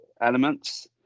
elements